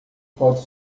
pode